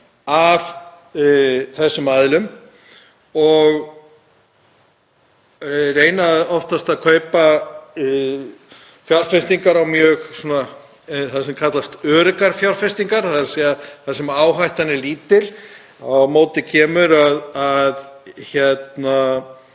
af þessum aðilum og reyna oftast að kaupa fjárfestingar í því sem kallast öruggar fjárfestingar þar sem áhættan er lítil. Á móti kemur að